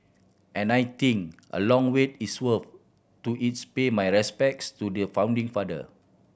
and I think a long wait is worth to its pay my respects to the founding father